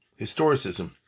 historicism